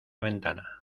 ventana